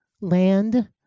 land